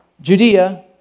Judea